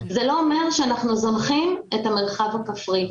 זה לא אומר שאנחנו זונחים את המרחב הכפרי.